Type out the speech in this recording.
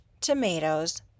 tomatoes